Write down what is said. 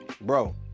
bro